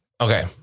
Okay